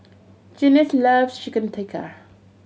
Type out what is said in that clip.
Junious loves Chicken Tikka